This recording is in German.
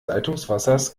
leitungswassers